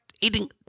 eating